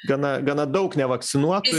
gana gana daug nevakcinuotų